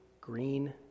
Green